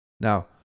Now